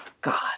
God